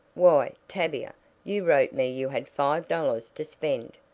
why, tavia, you wrote me you had five dollars to spend.